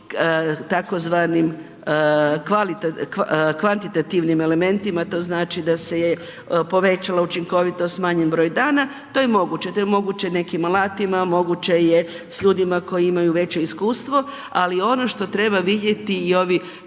tzv. kvantitativnim elementima, to znači da se je povećala učinkovitost, smanjen broj dana, to je moguće, to je moguće nekim alatima, moguće je s ljudima koji imaju veće iskustvo, ali ono što treba vidjeti i ovi